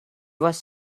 was